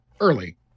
early